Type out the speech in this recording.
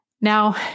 Now